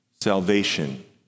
salvation